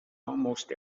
almost